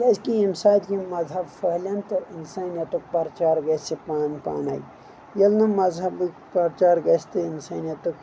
کیٛازِ کہِ ییٚمہِ ساتہٕ یِم مذہب پھٔہلن تہٕ انسٲنیتُک پرچار گژھِ پانہٕ پانے ییٚلہِ نہٕ مذہبُک پرچار گژھِ تہٕ انسٲنیتُک